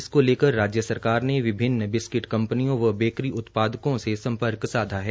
इसको लेकर राज्य सरकार ने विभिन्न बिस्किट कंपनियों व बेकरी उत्पादकों से संपर्क साधा है